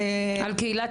הקבוצה